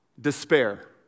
despair